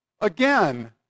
Again